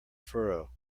furrow